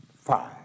Five